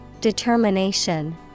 Determination